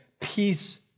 Peace